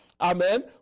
Amen